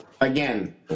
Again